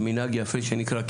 מנהג הפסח שנקרא,